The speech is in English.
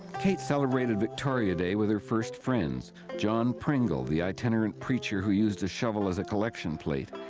kate celebrated victoria day with her first friends john pringle the itinerant preacher who used a shovel as a collection plate,